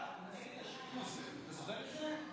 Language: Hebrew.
אתה זוכר את זה?